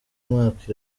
mwaka